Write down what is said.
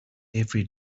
every